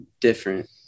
different